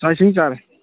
ꯆꯥꯛ ꯏꯁꯤꯡ ꯆꯥꯔꯦ